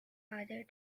father